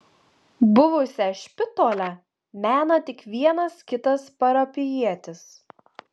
buvusią špitolę mena tik vienas kitas parapijietis